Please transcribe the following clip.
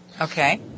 Okay